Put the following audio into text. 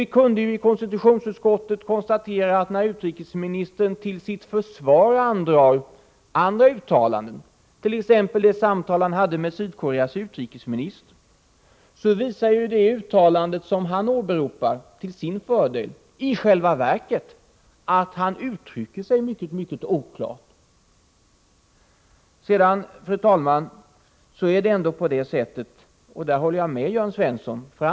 Till sitt försvar har utrikesministern andragit andra uttalanden, t.ex. det samtal han hade med Sydkoreas utrikesminister. Vi kunde i konstitutionsutskottet konstatera att det uttalande som han åberopat till sin fördel i själva verket visar att han också där uttrycker sig mycket oklart. Sedan, fru talman, kan jag hålla med Jörn Svensson på en punkt.